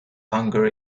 hunger